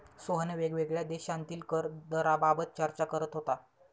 सोहन वेगवेगळ्या देशांतील कर दराबाबत चर्चा करत होता